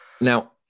now